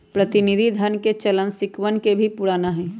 प्रतिनिधि धन के चलन सिक्कवन से भी पुराना हई